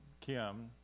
Kim